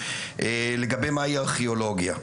לגבי מהי ארכיאולוגיה.